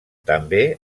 també